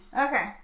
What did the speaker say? Okay